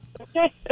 Okay